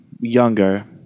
younger